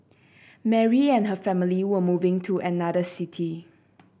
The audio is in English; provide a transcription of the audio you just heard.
Mary and her family were moving to another city